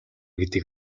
гэдгийг